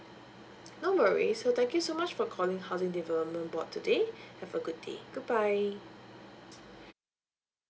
no worries so thank you so much for calling housing development board today have a good day goodbye